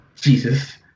Jesus